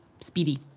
speedy